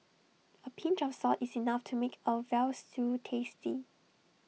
A pinch of salt is enough to make A Veal Stew tasty